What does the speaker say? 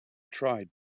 tried